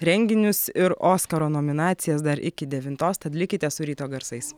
renginius ir oskaro nominacijas dar iki devintos tad likite su ryto garsais